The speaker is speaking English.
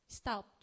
stop